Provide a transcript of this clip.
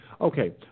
Okay